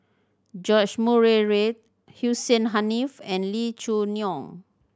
George Murray Reith Hussein Haniff and Lee Choo Neo